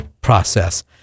process